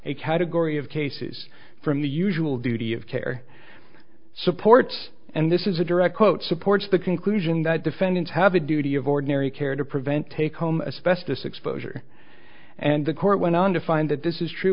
a category of cases from the usual duty of care supports and this is a direct quote supports the conclusion that defendants have a duty of ordinary care to prevent take home especially this exposure and the court went on to find that this is true